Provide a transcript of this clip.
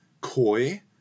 coy